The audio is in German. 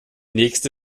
nächste